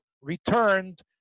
returned